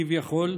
כביכול,